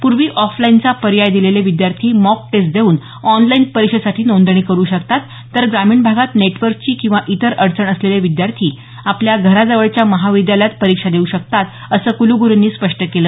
पूर्वी ऑफलाईनचा पर्याय दिलेले विद्यार्थी मॉक टेस्ट देऊन ऑनलाईन परीक्षेसाठी नोंदणी करू शकतात तर ग्रामीण भागात नेटवर्कची किंवा इतर अडचण असलेले विद्यार्थी आपल्या घराजवळच्या महाविद्यालयात परीक्षा देऊ शकतात असं कुलगुरुंनी स्पष्ट केलं